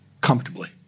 comfortably